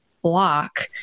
block